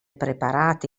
preparati